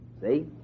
See